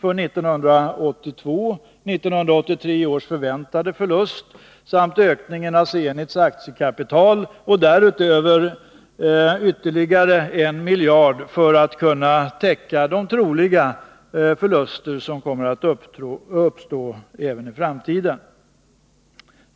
för 1982, 1983 års förväntade förlust samt ökningen av Zenits aktiekapital. Härutöver anslås ytterligare 1 miljard för att man skall kunna täcka de förluster som troligen uppstår i framtiden.